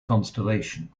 constellation